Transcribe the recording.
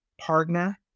partner